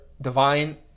divine